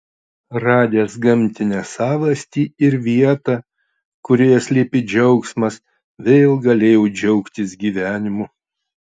radęs gamtinę savastį ir vietą kurioje slypi džiaugsmas vėl galėjau džiaugtis gyvenimu